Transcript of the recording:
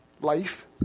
life